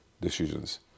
decisions